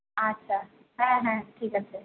আচ্ছা হ্যাঁ হ্যাঁ ঠিক আছে